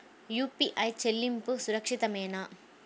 UPI చెల్లింపు సురక్షితమేనా?